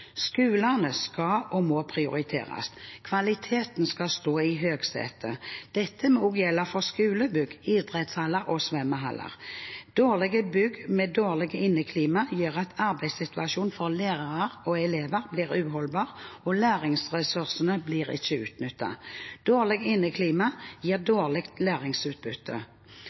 Skolene skal og må prioriteres. Kvaliteten skal stå i høysetet. Dette må også gjelde for skolebygg, idrettshaller og svømmehaller. Dårlige bygg med dårlig inneklima gjør at arbeidssituasjonen for lærere og elever blir uholdbar, og læringsressursene blir ikke utnyttet. Dårlig inneklima gir dårlig læringsutbytte.